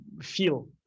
feel